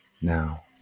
Now